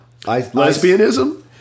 Lesbianism